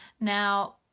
Now